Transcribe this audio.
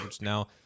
now